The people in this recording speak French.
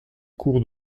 cour